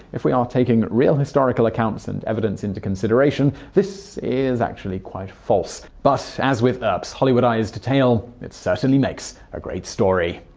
if we are taking real historical accounts and evidence into consideration, this is actually quite false. but, as with ah earp's hollywoodized tale, it sure makes a great story.